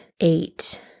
eight